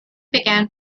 began